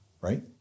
Right